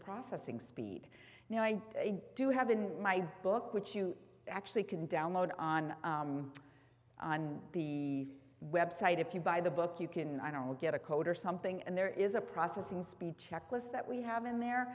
processing speed you know i do have in my book which you actually can download on the website if you buy the book you can i don't know get a code or something and there is a processing speed checklist that we have in there